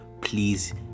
please